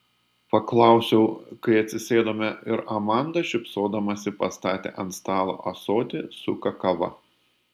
paklausiau kai atsisėdome ir amanda šypsodamasi pastatė ant stalo ąsotį su kakava